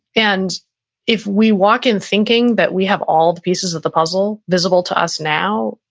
and if we walk in thinking that we have all the pieces of the puzzle visible to us now,